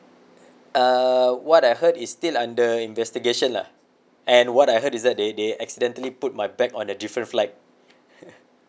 err what I heard it's still under investigation lah and what I heard is that they they accidentally put my bag on a different flight